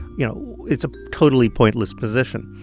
you know, it's a totally pointless position.